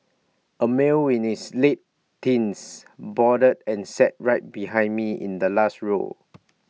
A male in his late teens boarded and sat right behind me in the last row